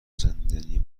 زندانی